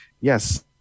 yes